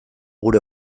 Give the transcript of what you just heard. gure